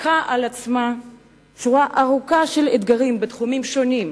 לקחה על עצמה שורה ארוכה של אתגרים בתחומים שונים,